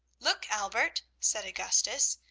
look, albert said augustus,